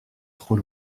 trop